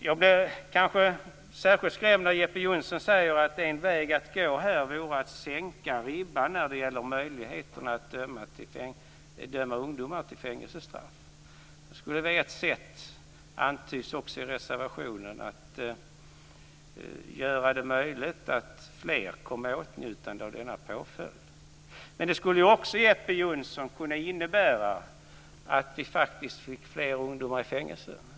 Jag blir särskilt skrämd när Jeppe Johnsson säger att en väg att gå här vore att sänka ribban när det gäller möjligheten att döma ungdomar till fängelsestraff. Det skulle alltså vara ett sätt, vilket också antyds i reservationen, att göra det möjligt för fler att komma i åtnjutande av denna påföljd. Men det skulle ju också kunna innebära, Jeppe Johnsson, att vi faktiskt fick fler ungdomar i fängelse.